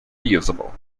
usable